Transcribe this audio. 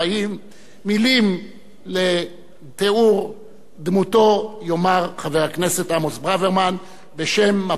מלים לתיאור דמותו יאמר חבר הכנסת עמוס ברוורמן בשם מפא"י לדורותיה.